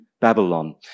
Babylon